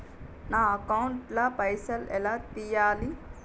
నా అకౌంట్ ల పైసల్ ఎలా తీయాలి?